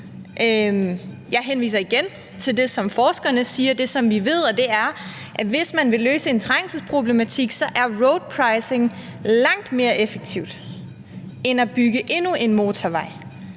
Jeg henviser igen til det, som forskerne siger, og det, som vi ved, og det er, at hvis man vil løse en trængselsproblematik, så er road pricing langt mere effektivt end at bygge endnu en motorvej,